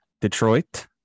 Detroit